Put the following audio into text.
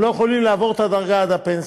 הם לא יכולים לעבור את הדרגה עד הפנסיה.